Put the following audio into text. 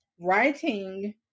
writing